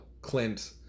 clint